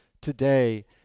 today